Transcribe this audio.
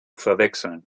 verwechseln